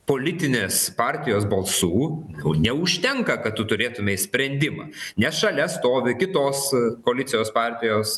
politinės partijos balsų jau neužtenka kad tu turėtumei sprendimą nes šalia stovi kitos koalicijos partijos